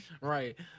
right